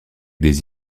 des